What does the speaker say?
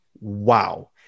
wow